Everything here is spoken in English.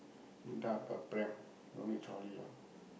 pram don't need trolley all